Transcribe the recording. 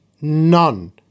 none